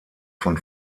von